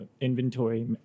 inventory